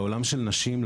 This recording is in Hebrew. לעולם של הנשים,